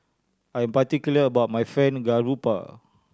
I am particular about my Fried Garoupa